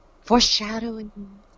Foreshadowing